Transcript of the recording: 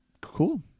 Cool